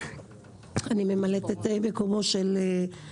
ואני מקווה שישכילו